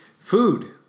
food